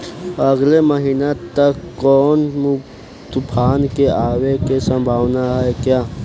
अगले महीना तक कौनो तूफान के आवे के संभावाना है क्या?